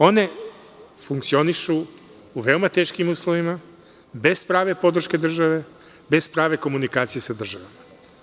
One funkcionišu u veoma teškim uslovima, bez prave podrške države, bez prave komunikacije sa državom.